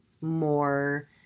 more